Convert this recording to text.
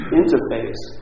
interface